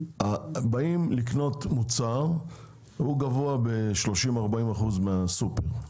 באים לקנות מוצר ומחיר גבוה ב-30%-40% מהמחיר בסופר.